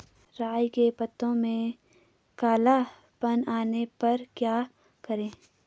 राई के पत्तों में काला पन आने पर क्या करें?